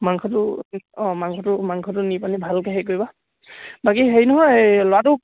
মাংসটো অঁ মাংসটো মাংসটো নি পানি ভালকৈ হেৰি কৰিবা বাকী হেৰি নহয় এই ল'ৰাটোক